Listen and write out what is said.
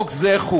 הפרוטוקול שומע.